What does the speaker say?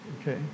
okay